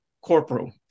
Corporal